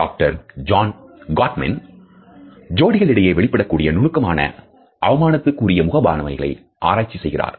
Doctor John Gottman ஜோடிகள் இடையே வெளிப்படக்கூடிய நுணுக்கமான அவமானத்துக்கு உரிய முகபாவனைகளை ஆராய்ச்சி செய்கிறார்